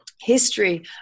history